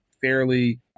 fairly